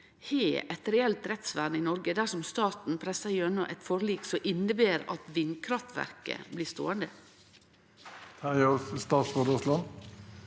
eit reelt rettsvern i Noreg dersom staten pressar gjennom eit forlik som inneber at vindkraftverka blir ståande?